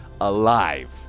alive